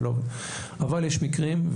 אבל יש מקרים,